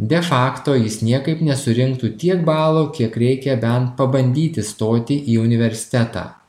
de fakto jis niekaip nesurinktų tiek balų kiek reikia bent pabandyti stoti į universitetą